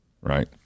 right